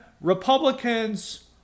Republicans